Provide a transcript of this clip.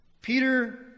Peter